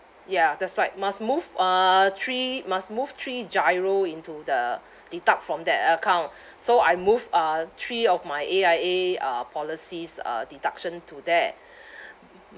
ya that's right must move uh three must move three GIRO into the deduct from that account so I moved uh three of my A_I_A uh policies uh deduction to there